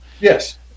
yes